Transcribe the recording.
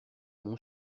mon